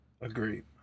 Agreed